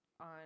on